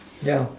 yeah